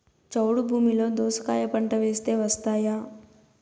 చౌడు భూమిలో దోస కాయ పంట వేస్తే వస్తాయా?